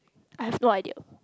I have no idea